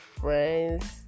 friends